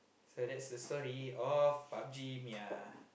so that's the story of PUB-G